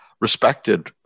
respected